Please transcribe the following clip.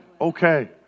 okay